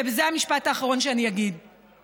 וזה המשפט האחרון שאני אגיד,